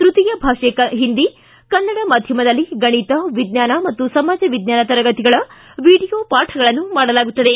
ತ್ಯತೀಯ ಭಾಷೆ ಒಂದಿ ಕನ್ನಡ ಮಾಧ್ಯಮದಲ್ಲಿ ಗಣಿತ ವಿಜ್ವಾನ ಮತ್ತು ಸಮಾಜ ವಿಜ್ವಾನ ತರಗತಿಗಳ ವಿಡಿಯೊ ಪಾಠಗಳನ್ನು ಮಾಡಲಾಗುತ್ತದೆ